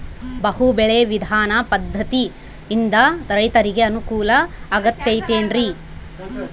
ಬಹು ಬೆಳೆ ವಿಧಾನ ಪದ್ಧತಿಯಿಂದ ರೈತರಿಗೆ ಅನುಕೂಲ ಆಗತೈತೇನ್ರಿ?